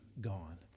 gone